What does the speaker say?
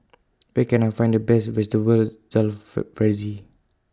Where Can I Find The Best Vegetables Jalfrezi